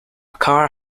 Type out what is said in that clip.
car